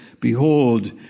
behold